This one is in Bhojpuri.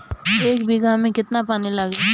एक बिगहा में केतना पानी लागी?